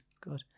Good